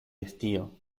estío